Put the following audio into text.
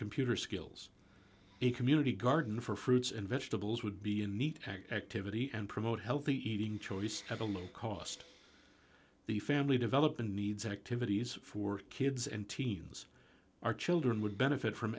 computer skills a community garden for fruits and vegetables would be a neat activity and promote healthy eating choice at a low cost the family developing needs activities for kids and teens our children would benefit from